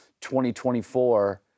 2024